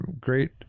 great